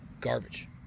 Garbage